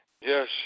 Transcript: yes